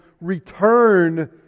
return